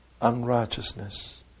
unrighteousness